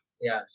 yes